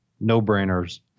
No-brainers